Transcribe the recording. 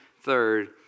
third